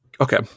okay